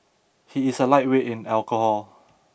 he is a lightweight in alcohol